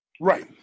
Right